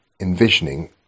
Envisioning